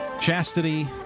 Chastity